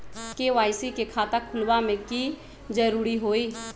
KYC के खाता खुलवा में की जरूरी होई?